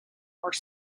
are